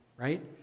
right